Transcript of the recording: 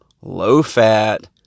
low-fat